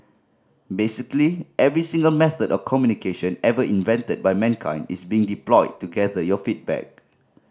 basically every single method of communication ever invented by mankind is being deployed to gather your feedback